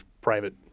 private